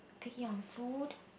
picky on food